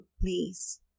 please